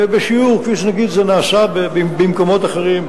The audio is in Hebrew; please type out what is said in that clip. בשיעור כפי שנגיד זה נעשה במקומות אחרים,